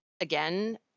Again